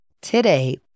Today